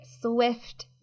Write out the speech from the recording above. swift